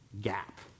gap